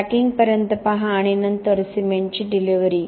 packing पर्यंत पहा आणि नंतर सिमेंटची डिलिव्हरी